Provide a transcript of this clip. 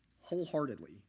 wholeheartedly